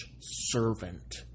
servant